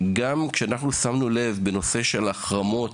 גם שמנו לב שבנושא של החרמות,